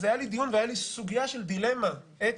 אז היה לי דיון והייתה לי סוגיה של דילמה אתית: